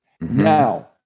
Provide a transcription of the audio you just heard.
Now